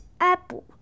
Apple